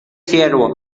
siervo